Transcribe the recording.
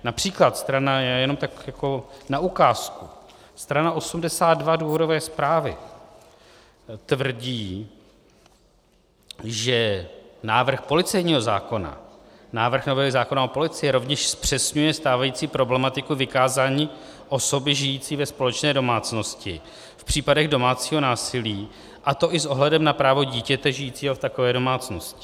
Například na ukázku strana 82 důvodové zprávy tvrdí, že návrh policejního zákona, návrh novely zákona o policii, rovněž zpřesňuje stávající problematiku vykázání osoby žijící ve společné domácnosti v případech domácího násilí, a to i s ohledem na právo dítěte žijícího v takové domácnosti.